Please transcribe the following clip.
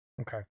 Okay